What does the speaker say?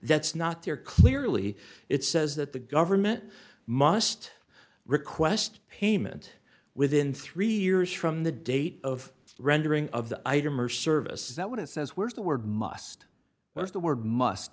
that's not there clearly it says that the government must request payment within three years from the date of rendering of the item or service is that what it says where's the word must but the word must